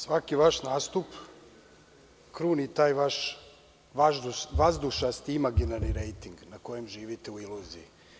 Svaki vaš nastup kruni taj vaš vazdušni imaginarni rejting na kojem živite u iluziji.